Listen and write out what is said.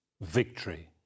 victory